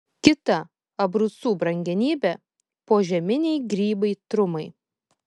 kita abrucų brangenybė požeminiai grybai trumai